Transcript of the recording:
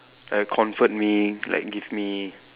like comfort me like give me